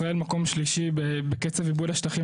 ישראל מקום שלישי בקצב איבוד השטחים